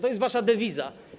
To jest wasza dewiza.